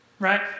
right